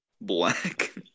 Black